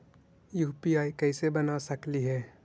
UPI कैसे बना सकली हे?